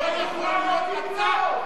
לא יכול להיות מצב,